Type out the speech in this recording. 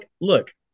look